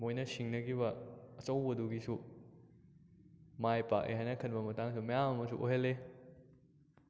ꯃꯣꯏꯅ ꯁꯤꯡꯅꯈꯤꯕ ꯑꯆꯧꯕꯗꯨꯒꯤꯁꯨ ꯃꯥꯏ ꯄꯥꯛꯑꯦ ꯍꯥꯏꯅ ꯈꯟꯕ ꯃꯇꯥꯡꯁꯨ ꯃꯌꯥꯝ ꯑꯃꯁꯨ ꯑꯣꯏꯍꯜꯂꯤ